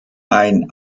ein